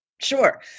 Sure